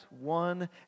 one